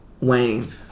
Wayne